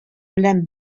белән